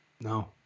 No